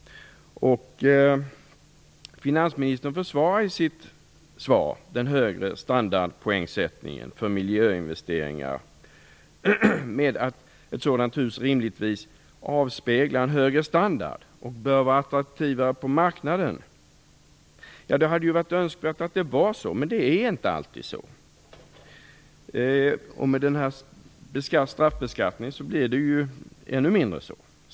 Finansministern försvarar i sitt svar den högre standardpoängsättningen för miljöinvesteringar med att ett sådant hus rimligtvis avspeglar en högre standard och bör vara attraktivare på marknaden. Ja, det hade ju varit önskvärt att det var så, men det är inte alltid så. Och med denna straffbeskattning blir det ju ännu mindre på det sättet.